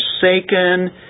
forsaken